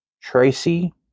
Tracy